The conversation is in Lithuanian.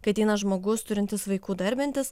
kai ateina žmogus turintis vaikų darbintis